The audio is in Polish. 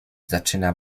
zaczyna